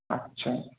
আচ্ছা